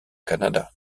canada